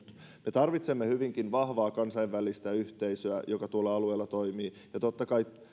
me tarvitsemme hyvinkin vahvaa kansainvälistä yhteisöä joka tuolla alueella toimii ja totta kai